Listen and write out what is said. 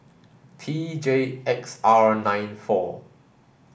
T J X R nine four